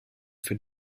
für